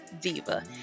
diva